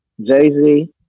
Jay-Z